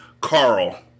Carl